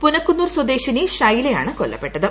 പുനക്കുന്നൂർ സ്വദേശിനി ഷൈലയാണ് കൊല്ലപ്പെട്ടത്